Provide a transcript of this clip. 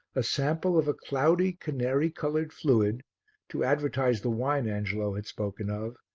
a sample of a cloudy, canary-coloured fluid to advertise the wine angelo had spoken of,